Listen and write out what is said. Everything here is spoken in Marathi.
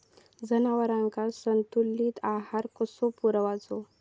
जनावरांका संतुलित आहार कसो पुरवायचो?